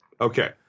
Okay